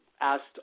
asked